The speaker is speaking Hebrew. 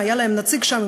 אם היה להם נציג שם,